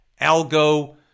Algo